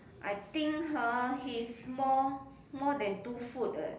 I think hor he's more more than two foot eh